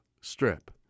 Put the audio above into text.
Strip